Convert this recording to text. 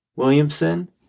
Williamson